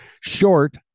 Short